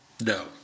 No